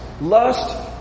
Lust